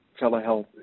telehealth